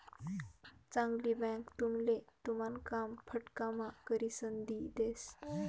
चांगली बँक तुमले तुमन काम फटकाम्हा करिसन दी देस